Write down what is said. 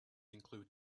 include